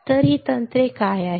तर ही तंत्रे काय आहेत